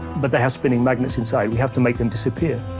but they have spinning magnets inside. we have to make them disappear.